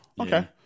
Okay